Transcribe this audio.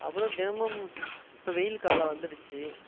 அப்புறம் தினமும் இப்போ வெயில் காலம் வந்துடுச்சு